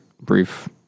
brief